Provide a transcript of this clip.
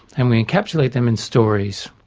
and we encapsulate them in stories,